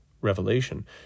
Revelation